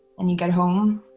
and you get home,